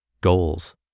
goals